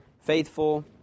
faithful